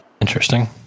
Interesting